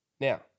Now